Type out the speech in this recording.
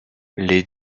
les